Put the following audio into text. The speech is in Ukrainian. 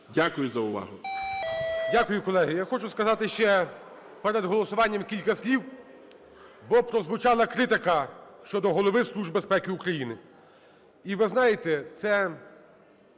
Дякую за увагу.